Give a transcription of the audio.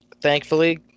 Thankfully